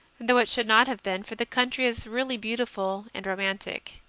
though it should not have been, for the country is really beautiful and romantic.